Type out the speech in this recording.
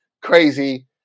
crazy